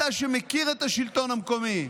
אתה, שמכיר את השלטון המקומי,